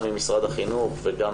גם ממשרד החינוך וגם